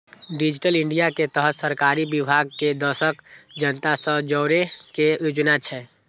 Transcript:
digital India के तहत सरकारी विभाग कें देशक जनता सं जोड़ै के योजना छै